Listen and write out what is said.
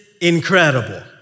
incredible